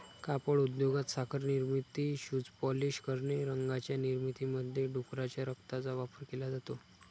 कापड उद्योगात, साखर निर्मिती, शूज पॉलिश करणे, रंगांच्या निर्मितीमध्ये डुकराच्या रक्ताचा वापर केला जातो